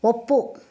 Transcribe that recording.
ಒಪ್ಪು